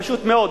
פשוט מאוד,